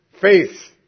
faith